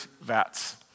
vats